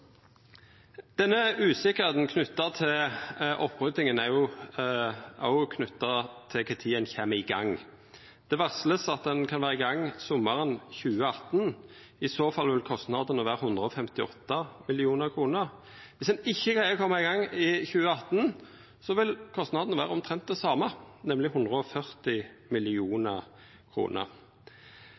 Usikkerheita om opprydjinga er òg knytt til kva tid ein kjem i gang. Det vert varsla at ein kan vera i gang sommaren 2018. I så fall vil kostnadene vera 158 mill. kr. Viss ein ikkje greier å koma i gang i 2018, vil kostnadene vera omtrent det same, nemleg 140